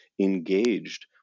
engaged